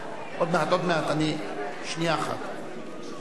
להביע אי-אמון בממשלה לא נתקבלה.